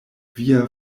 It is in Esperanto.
via